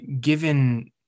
given